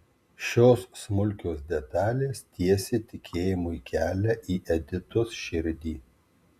šios smulkios detalės tiesė tikėjimui kelią į editos širdį